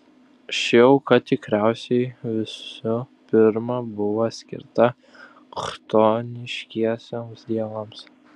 ši auka tikriausiai visų pirma buvo skirta chtoniškiesiems dievams